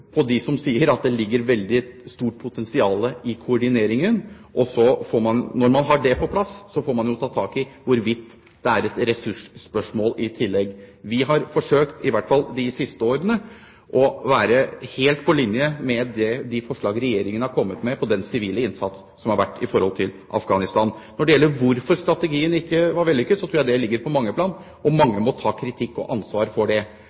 på dem som sier at det ligger et veldig stort potensial i koordineringen. Når man har det på plass, må man ta tak i hvorvidt det er et ressursspørsmål i tillegg. Vi har forsøkt, i hvert fall de siste årene, å være helt på linje når det gjelder de forslag Regjeringen har kommet med om den sivile innsatsen til Afghanistan. Når det gjelder hvorfor strategien ikke var vellykket, tror jeg det ligger på mange plan, og mange må ta kritikk og ansvar for det.